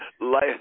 Life